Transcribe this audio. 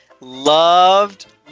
loved